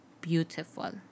beautiful